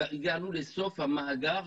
הגענו לסוף המאגר